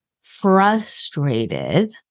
frustrated